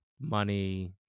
money